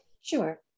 Sure